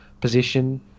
position